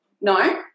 No